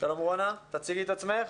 שלום רונה, תציגי את עצמך.